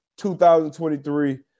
2023